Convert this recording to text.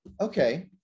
okay